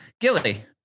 Gilly